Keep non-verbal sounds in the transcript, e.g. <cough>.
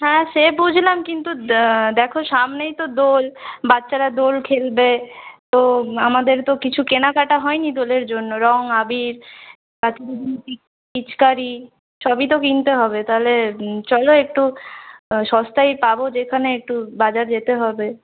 হ্যাঁ সে বুঝলাম কিন্তু দেখ সামনেই তো দোল বাচ্চারা দোল খেলবে তো আমাদের তো কিছু কেনাকাটা হয়নি দোলের জন্য রং আবির <unintelligible> পিচকারি সবই তো কিনতে হবে তা হলে চল একটু সস্তায় পাব যেখানে একটু বাজার যেতে হবে